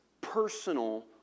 personal